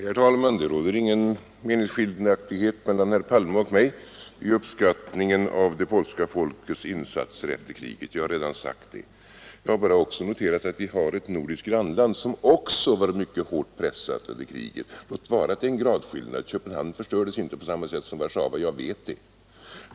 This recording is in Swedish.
Herr talman! Det råder inga meningsskiljaktigheter mellan herr Palme och mig i fråga om uppskattningen av det polska folkets insatser efter kriget — jag har redan sagt det. Jag har även talat om ett nordiskt grannland som var mycket hårt pressat under kriget. Låt vara att det är en gradskillnad — Köpenhamn förstördes inte på samma sätt som Warszawa, jag vet det.